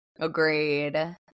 agreed